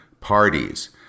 parties